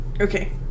Okay